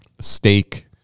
steak